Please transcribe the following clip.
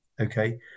okay